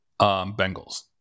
bengals